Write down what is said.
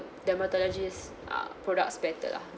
dermatologist uh products better lah